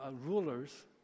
rulers